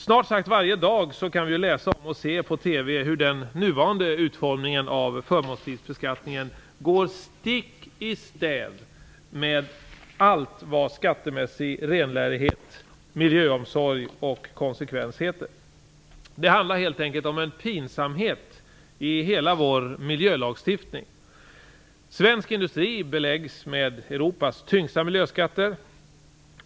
Snart sagt varje dag kan vi läsa om och se på TV hur den nuvarande utformningen av förmånsbilbeskattningen går stick i stäv med allt vad skattemässig renlärighet, miljöomsorg och konsekvens heter. Det handlar helt enkelt om en pinsamhet i vår miljölagstiftning som helhet. Svensk industri beläggs med Europas tyngsta miljöskatter.